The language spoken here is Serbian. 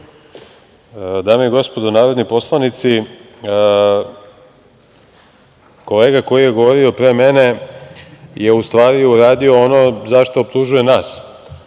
i gospodo narodni poslanici, kolega koji je govorio pre mene je u stvari uradio ono za šta optužuje nas,